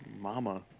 Mama